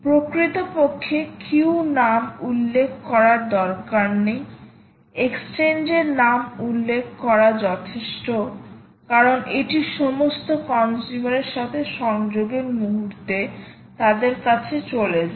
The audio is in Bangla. প্রকৃতপক্ষে কিউ নাম উল্লেখ করার দরকার নেই এক্সচেঞ্জের নাম উল্লেখ করা যথেষ্ট কারণ এটি সমস্ত কনসিউমার এর সাথে সংযোগের মুহুর্তে তাদের কাছে চলে যায়